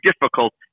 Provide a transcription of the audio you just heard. difficult